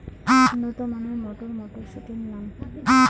উন্নত মানের মটর মটরশুটির নাম?